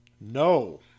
No